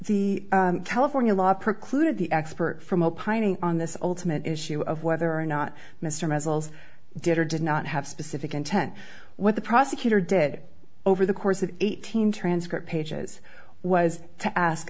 the california law precluded the expert from opining on this ultimate issue of whether or not mr muzzles did or did not have specific intent what the prosecutor did over the course of eighteen transcript pages was to ask